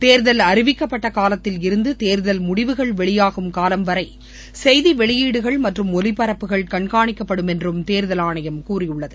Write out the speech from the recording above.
தேர்தல் அழிவிக்கப்பட்ட காலத்தில் இருந்து தேர்தல் முடிவுகள் வெளியாகும் காலம் வரை செய்தி வெளியீடுகள் மற்றும் ஒலிபரப்புகள் கண்காணிக்கப்படும் என்றும் தேர்தல் ஆணையம் கூறியுள்ள்ளது